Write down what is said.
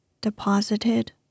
deposited